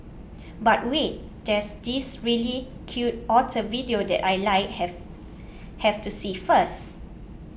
but wait there's this really cute otter video that I like have have to see first